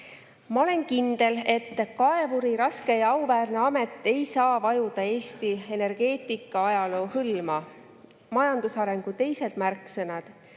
olen kindel, et kaevuri raske ja auväärne amet ei saa vajuda Eesti energeetikaajaloo hõlma. Majandusarengu teised märksõnad